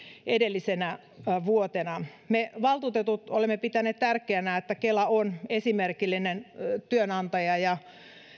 edellisenä vuotena me valtuutetut olemme pitäneet tärkeänä että kela on esimerkillinen työnantaja ja